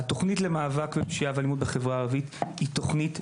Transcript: ״התוכנית למאבק באלימות ובפשיעה